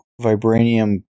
Vibranium